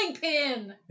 pin